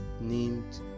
named